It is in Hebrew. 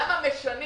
למה משנים